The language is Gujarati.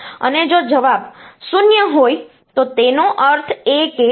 અને જો જવાબ 0 હોય તો તેનો અર્થ એ કે તેઓ સમાન છે